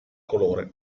colore